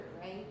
right